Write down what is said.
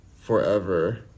forever